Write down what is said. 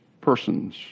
persons